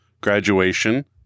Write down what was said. graduation